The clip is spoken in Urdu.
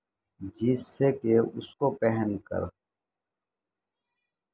جس سے کہ اس کو پہن کر